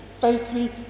faithfully